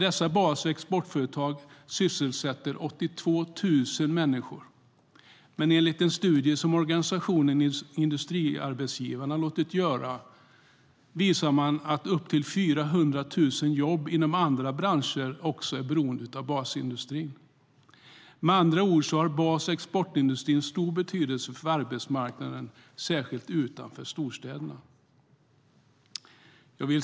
Dessa bas och exportföretag sysselsätter 82 000 människor, och enligt en studie som organisationen Industriarbetsgivarna har låtit göra är upp till 400 000 jobb inom andra branscher också beroende av basindustrin. Med andra ord har bas och exportindustrin stor betydelse för arbetsmarknaden, särskilt utanför storstäderna.